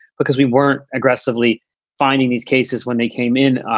because we weren't aggressively finding these cases when they came in.